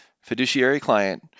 fiduciary-client